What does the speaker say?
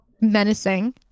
menacing